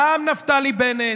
גם נפתלי בנט,